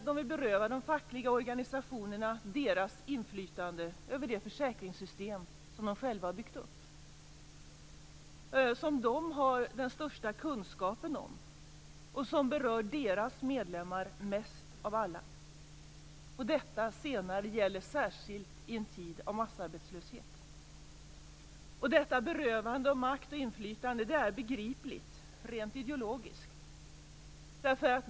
De vill beröva de fackliga organisationerna deras inflytande över det försäkringssystem som organisationerna själva har byggt upp, som de har den största kunskapen om och som berör deras medlemmar mest av alla. Detta senare gäller särskilt i en tid av massarbetslöshet. Detta berövande av makt och inflytande är begripligt, rent ideologiskt.